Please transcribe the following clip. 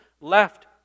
left